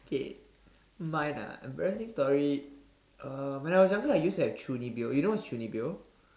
K mine ah embarrassing story uh when I was younger I used to have chuunibyou you know what's chuunibyou